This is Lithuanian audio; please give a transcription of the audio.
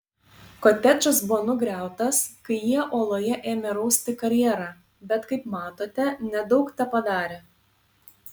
kotedžas buvo nugriautas kai jie uoloje ėmė rausti karjerą bet kaip matote nedaug tepadarė